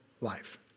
life